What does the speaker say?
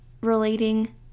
relating